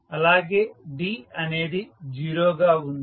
అలాగే D అనేది 0 గా ఉంది